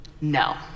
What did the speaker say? no